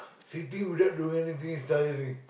sitting without doing anything is tiring